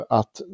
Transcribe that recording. att